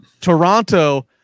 Toronto